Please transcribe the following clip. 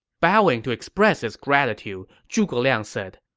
bowing to express his gratitude, zhuge liang said,